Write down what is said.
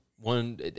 One